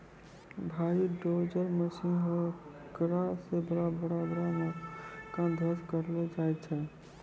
भारी dozer machine हेकरा से बड़ा बड़ा मकान ध्वस्त करलो जाय छै